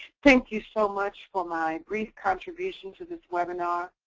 thank you so much for my brief contribution to this webinar.